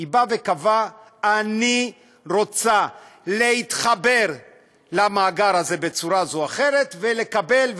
היא קבעה: אני רוצה להתחבר למאגר הזה בצורה זו או אחרת ולקבל,